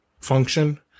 function